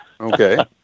Okay